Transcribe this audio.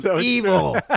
evil